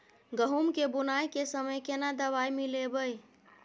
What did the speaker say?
गहूम के बुनाई के समय केना दवाई मिलैबे?